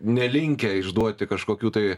nelinkę išduoti kažkokių tai